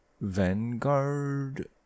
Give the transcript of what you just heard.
Vanguard